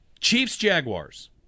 Chiefs-Jaguars